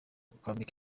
kwambika